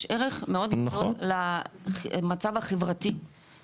יש ערך מאוד גדול למצב החברתי,